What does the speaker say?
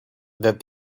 that